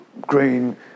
green